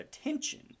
attention